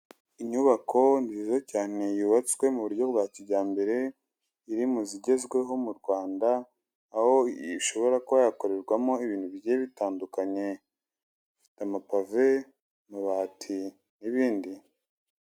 Inyubako ni nziza cyane yubatswe mu buryo bwa kijyambere iri mu zigezweho mu Rwanda, aho ishobora kuba yakorerwamo ibintu bigiye bitandukanye: amapave, amabati n’ibindi.